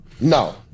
No